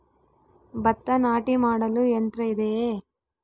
ಭತ್ತ ನಾಟಿ ಮಾಡಲು ಯಂತ್ರ ಇದೆಯೇ?